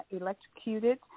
electrocuted